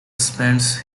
spends